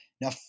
Now